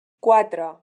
quatre